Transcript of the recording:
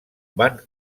van